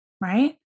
right